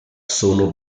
sono